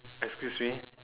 excuse me